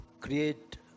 create